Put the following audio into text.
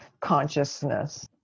consciousness